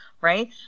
right